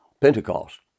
Pentecost